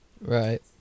right